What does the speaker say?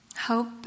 hope